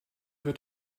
wird